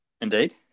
Indeed